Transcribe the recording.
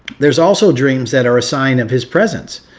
there's also dreams that are a sign of his presence,